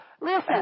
Listen